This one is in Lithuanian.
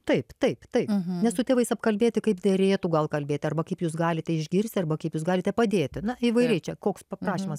taip taip taip nes su tėvais apkalbėti kaip derėtų gal kalbėti arba kaip jūs galite išgirsti arba kaip jūs galite padėti na įvairiai čia koks paprašymas